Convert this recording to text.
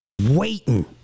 Waiting